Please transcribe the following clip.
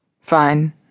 Fine